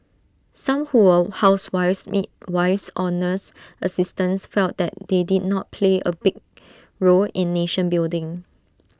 some who were housewives midwives or nurse assistants felt that they did not play A big role in nation building